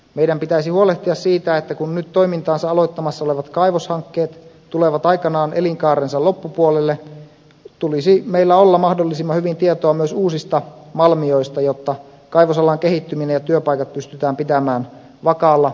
meidän pitäisi huolehtia siitä että kun nyt toimintaansa aloittamassa olevat kaivoshankkeet tulevat aikanaan elinkaarensa loppupuolelle meillä olisi mahdollisimman hyvin tietoa myös uusista malmioista jotta kaivosalan kehittyminen ja työpaikat pystytään pitämään vakaalla positiivisella kehitysuralla